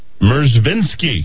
Mersvinsky